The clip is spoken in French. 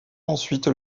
ensuite